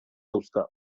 dauzka